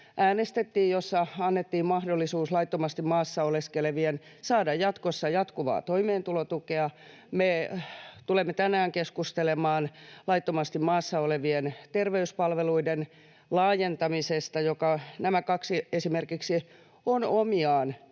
jossa annettiin mahdollisuus laittomasti maassa oleskelevien saada jatkossa jatkuvaa toimeentulotukea. Me tulemme tänään keskustelemaan laittomasti maassa olevien terveyspalveluiden laajentamisesta. Nämä kaksi esimerkiksi ovat omiaan